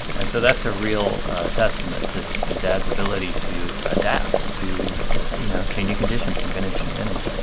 and so that's a real testament to to dad's ability to adapt to you know changing conditions from vintage to vintage